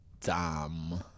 dumb